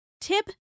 Tip